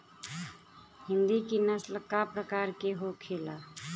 हिंदी की नस्ल का प्रकार के होखे ला?